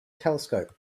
telescope